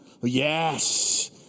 Yes